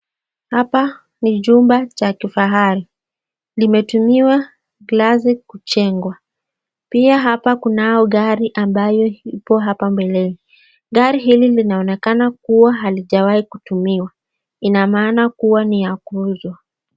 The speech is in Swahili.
Hapa ni jumba cha kifahari . Limetumiwa glasi kujengwa . Pia hapa kunayo gari ambayo ipo hapa mbele . Gari hili linaonekana kuwa halijawai kutumiwa . Ina maana kuwa ni ya kuuzwa .